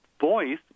voice